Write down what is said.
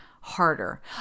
harder